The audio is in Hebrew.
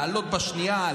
להעלות בשנייה,